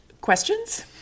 Questions